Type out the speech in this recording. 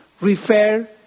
refer